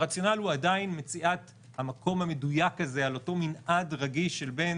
הרציונל הוא עדיין מציאת המקום המדויק הזה על אותו מנעד רגיש שבין